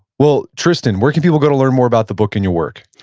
well tristan, where can people go to learn more about the book and your work?